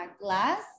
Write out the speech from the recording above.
glass